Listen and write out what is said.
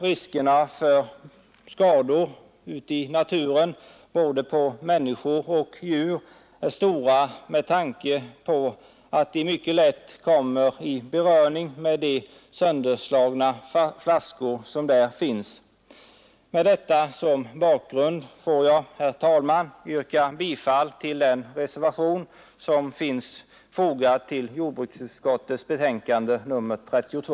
Riskerna för skador på både människor och djur är stora på grund av alla sönderslagna flaskor ute i naturen. Med det anförda ber jag, herr talman, att få yrka bifall till den vid betänkandet fogade reservationen.